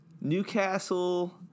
newcastle